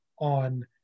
on